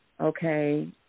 Okay